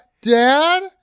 Dad